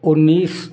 उन्नीस